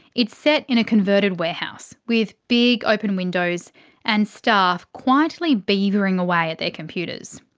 it's set in a converted warehouse, with big open windows and staff quietly beavering away at their computers.